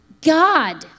God